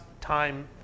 time